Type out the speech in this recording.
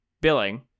billing